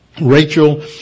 Rachel